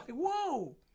Whoa